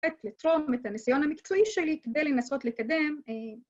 ‫לתרום את הניסיון המקצועי שלי ‫כדי לנסות לקדם